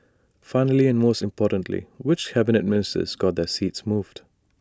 finally and most importantly which Cabinet Ministers got their seats moved